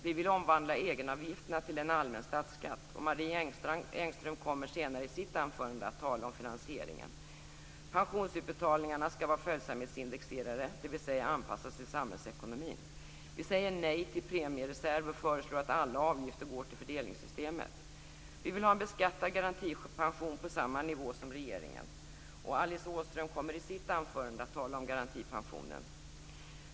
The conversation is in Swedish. Vi vill omvandla egenavgifterna till en allmän statsskatt. Marie Engström kommer i sitt anförande att tala om finansieringen. Pensionsutbetalningarna skall vara följsamhetsindexerade, dvs. anpassas till samhällsekonomin. Vi säger nej till premiereserv och föreslår att alla avgifter går till fördelningssystemet. Vi vill ha en beskattad garantipension på samma nivå som regeringen. Alice Åström kommer i sitt anförande att tala om garantipensionen.